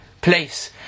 place